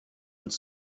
uns